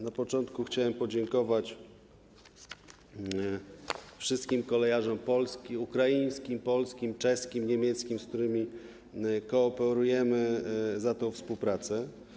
Na początku chciałem podziękować wszystkim kolejarzom polskim, ukraińskim, czeskim, niemieckim, z którymi kooperujemy, za współpracę.